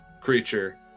Creature